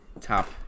top